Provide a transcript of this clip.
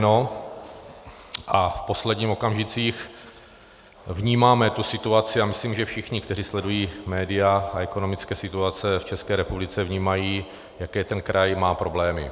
A v posledních okamžicích vnímáme tu situaci, a myslím, že všichni, kteří sledují média a ekonomické situace v České republice vnímají, jaké ten kraj má problémy.